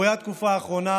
באירועי התקופה האחרונה,